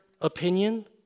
opinion